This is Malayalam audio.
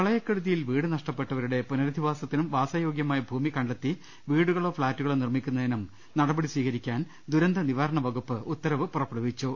പ്രളയക്കെടുതിയിൽ വീട് നഷ്ടപ്പെട്ടവരുടെ പുനരധിവാസ ത്തിനൂം വാസയോഗ്യമായ ഭൂമി കണ്ടെത്തി വീടുകളോ ഫ്ളാറ്റു കളോ നിർമിക്കുന്നതിനും നടപടി സ്വീകരിക്കാൻ ദുരന്തനിവാരണ വകുപ്പ് ഉത്തരവ് പുറപ്പെടുവിച്ചു